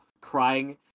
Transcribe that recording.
crying